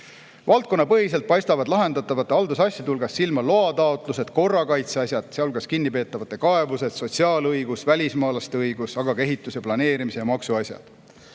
Valdkonnapõhiselt paistavad lahendatavate haldusasjade hulgast silma loataotlused, korrakaitseasjad, sealhulgas kinnipeetavate kaebused, sotsiaalõiguse, välismaalaste õiguse, aga ka ehituse ja planeerimise ja maksuasjad.